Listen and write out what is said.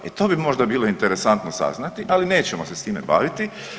E to bi možda bilo interesantno saznati, ali nećemo se s time baviti.